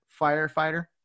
firefighter